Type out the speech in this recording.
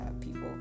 people